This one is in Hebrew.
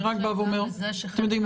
אני רק בא ואומר: אתם יודעים,